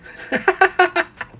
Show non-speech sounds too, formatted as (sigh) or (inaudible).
(laughs)